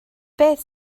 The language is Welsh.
beth